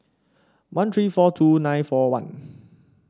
one three four two nine four one